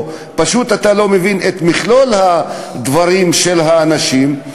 או פשוט אתה לא מבין את מכלול הדברים של האנשים,